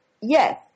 yes